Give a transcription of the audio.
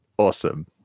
Awesome